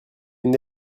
une